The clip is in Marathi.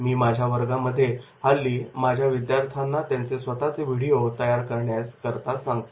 मी माझ्या वर्गामध्ये हल्ली माझ्या विद्यार्थ्यांना त्यांचे स्वतःचे व्हिडिओ तयार करण्याकरता सांगतो